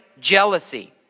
jealousy